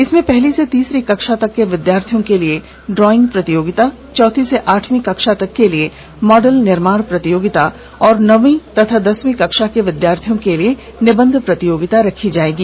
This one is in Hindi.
इसमें पहली से तीसरी कक्षा तक के विद्यार्थियों के लिए ड्रॉइंग प्रतियोगिता चौथी से आठवीं कक्षा तक के लिए मॉडल निर्माण प्रतियोगिता और नौवीं तथा दसवीं कक्षा के विद्यार्थियों के लिए निबंध प्रतियोगिता रखी जाएगी